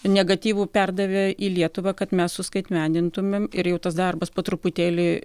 negatyvų perdavė į lietuvą kad mes suskaitmenintumėm ir jau tas darbas po truputėlį